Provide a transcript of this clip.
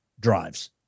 drives